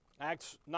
Acts